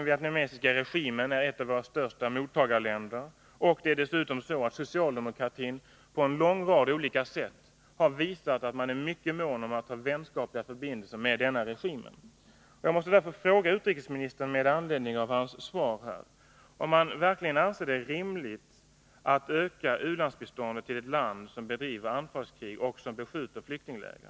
Vietnam är ju ett av våra största mottagarländer, och socialdemokratin har på en mängd olika sätt visat att den är mycket mån om att ha vänskapliga förbindelser med den vietnamesiska regimen. Jag vill mot den bakgrunden och med anledning av utrikesministerns svar till mig fråga om utrikesministern verkligen anser det rimligt att öka u-landsbiståndet till ett land som bedriver anfallskrig och som beskjuter flyktingläger.